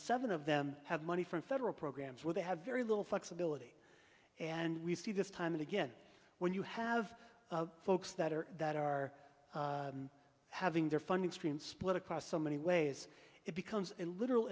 seven of them have money from federal programs where they have very little flexibility and we see this time and again when you have folks that are that are having their funding stream split across so many ways it becomes a literal